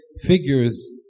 figures